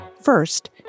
First